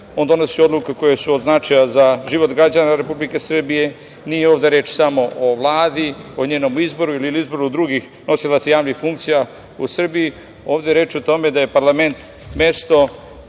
on donosi odluke koje su od značaja za život građana Republike Srbije. Nije ovde reč samo o Vladi, o njenom izboru ili izboru drugih nosilac javnih funkcija u Srbiji, ovde je reč o tome da je parlament mesto,